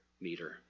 meter